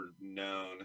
known